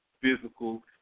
physical